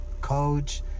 coach